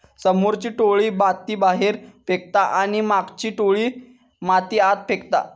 समोरची टोळी माती बाहेर फेकता आणि मागची टोळी माती आत फेकता